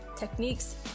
techniques